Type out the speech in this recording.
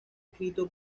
escrito